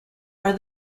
are